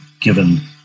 given